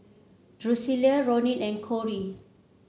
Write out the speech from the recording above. Drusilla Ronin and Kory